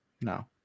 No